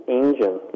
engine